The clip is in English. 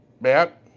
Matt